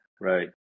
Right